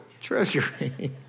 treasury